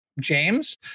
James